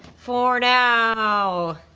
for now.